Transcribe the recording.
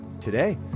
today